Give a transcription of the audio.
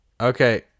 Okay